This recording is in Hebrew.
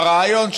בריאיון,